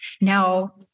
Now